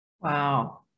Wow